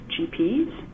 GPs